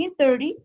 1930